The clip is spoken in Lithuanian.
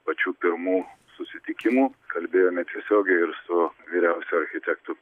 pačių pirmų susitikimų kalbėjome tiesiogiai ir su vyriausiuoju architektu